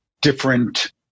different